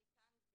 אני כאן,